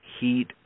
heat